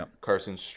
Carson